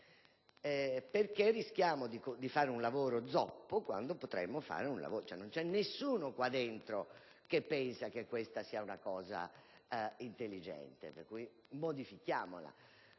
motivo rischiare di fare un lavoro zoppo quando potremmo fare un bel lavoro? Non c'è nessuno qui dentro che pensa che questa sia una cosa intelligente; allora, modifichiamo